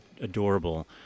adorable